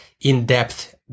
in-depth